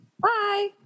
Bye